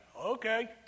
Okay